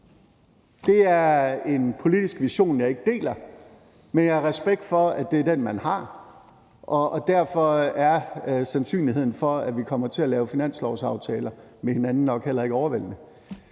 Det er en politisk vision, jeg ikke deler, men jeg har respekt for, at det er den, man har, og derfor er sandsynligheden for, at vi kommer til at lave finanslovsaftaler med hinanden nok heller ikke overvældende.